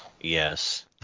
yes